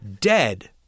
Dead